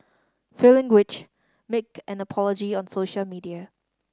failing which make an apology on social media